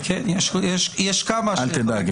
אל תדאג,